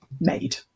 made